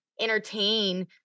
entertain